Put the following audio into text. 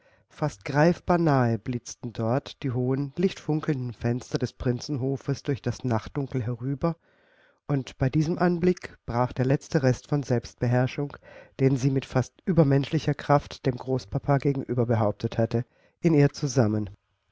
fast greifbar nahe blitzten dort die hohen lichtfunkelnden fenster des prinzenhofes durch das nachtdunkel herüber und bei diesem anblick brach der letzte rest von selbstbeherrschung den sie mit fast übermenschlicher kraft dem großpapa gegenüber behauptet hatte in ihr zusammen